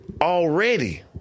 Already